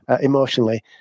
emotionally